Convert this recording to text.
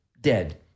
dead